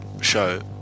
show